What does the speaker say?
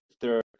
third